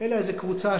אלא איזו קבוצה,